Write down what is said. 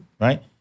right